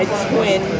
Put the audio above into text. twin